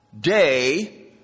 day